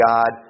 God